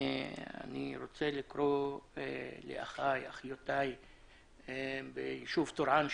אני רוצה לקרוא לאחי ואחיותי בישוב טורעאן,